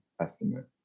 estimate